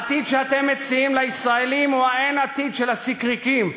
העתיד שאתם מציעים לישראלים הוא האין-עתיד של הסיקריקים,